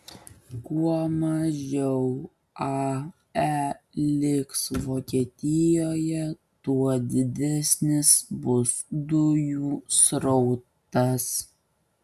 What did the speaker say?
kuo mažiau ae liks vokietijoje tuo didesnis bus dujų srautas